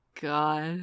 God